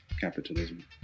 capitalism